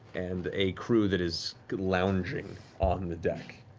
and a crew that is lounging on the deck.